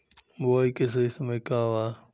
बुआई के सही समय का वा?